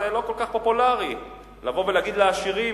זה לא כל כך פופולרי לבוא ולהגיד לעשירים: